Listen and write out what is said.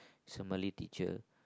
somebody teacher